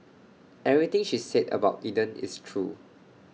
everything she said about Eden is true